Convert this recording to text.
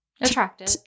attractive